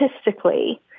statistically